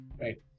Right